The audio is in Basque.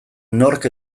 nork